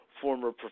former